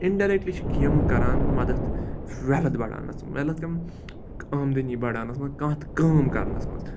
in ڈایرَکٹٕلی چھِ گیمہٕ کَران مَدَد وٮ۪لٕتھ بَڑاونَس منٛز وٮ۪لٕتھ کَم آمدٔنی بَڑاونَس منٛز کانٛہہ تہٕ کٲم کَرنَس منٛز